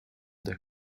der